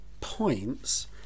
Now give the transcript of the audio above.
points